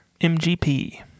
MGP